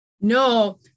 No